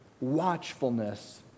Watchfulness